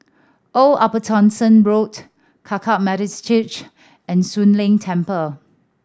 Old Upper Thomson Road Hakka Methodist Church and Soon Leng Temple